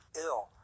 ill